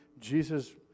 Jesus